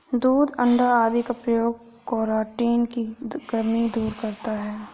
दूध अण्डा आदि का प्रयोग केराटिन की कमी दूर करता है